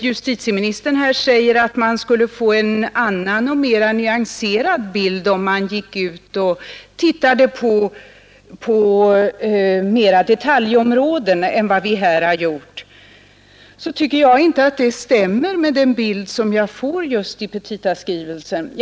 Justitieministern säger att man skulle få en annan och mera nyanserad bild, om man mera ingående än vad vi har gjort i detta sammanhang studerade enskilda detaljområden. Jag tycker inte att detta stämmer med den bild som petitaskrivelsen ger.